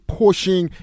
pushing